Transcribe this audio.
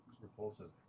repulsive